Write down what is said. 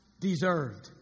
deserved